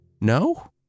No